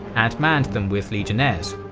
and manned them with legionnaires.